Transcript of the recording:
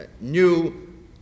new